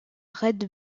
red